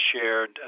shared